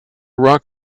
rock